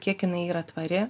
kiek jinai yra tvari